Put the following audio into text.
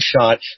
shot